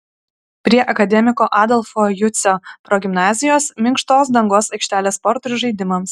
prie akademiko adolfo jucio progimnazijos minkštos dangos aikštelė sportui ir žaidimams